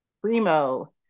primo